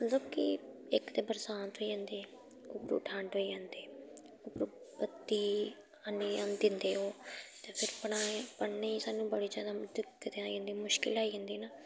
मतलब कि इक ते बरसांत होई जंदे उप्परूं ठंड होई जंदे उप्परूं बत्ती हैनी दिंदे ओह् ते फिर पढ़ाने पढ़ने गी सानूं बड़ी ज्यादा दिक्कत आई जंदी मुश्किल आई जंदी न